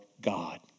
God